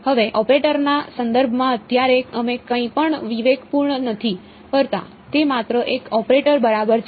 હવે ઓપરેટરના સંદર્ભમાં અત્યારે અમે કંઈપણ વિવેકપૂર્ણ નથી કરતા તે માત્ર એક ઓપરેટર બરાબર છે